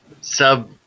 sub